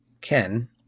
Ken